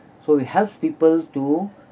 so we help people to